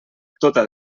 tota